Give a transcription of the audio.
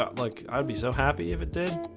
um like i'd be so happy if it did